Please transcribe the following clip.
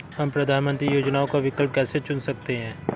हम प्रधानमंत्री योजनाओं का विकल्प कैसे चुन सकते हैं?